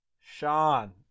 sean